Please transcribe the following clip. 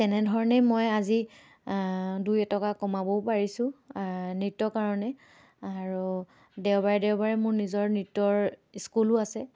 তেনেধৰণেই মই আজি দুই এটকা কমাবও পাৰিছোঁ নৃত্যৰ কাৰণে আৰু দেওবাৰে দেওবাৰে মোৰ নিজৰ নৃত্যৰ স্কুলো আছে